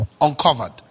uncovered